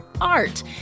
art